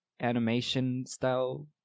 animation-style